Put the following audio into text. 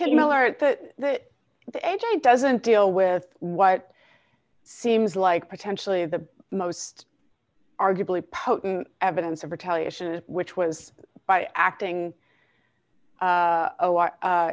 art but that doesn't deal with what seems like potentially the most arguably potent evidence of retaliation which was by acting